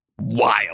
wild